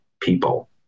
people